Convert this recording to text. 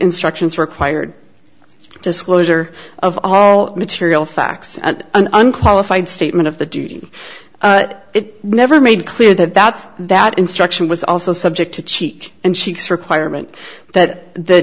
instructions required disclosure of all material facts and an unqualified statement of the duty it never made clear that that's that instruction was also subject to cheek and sheiks requirement that the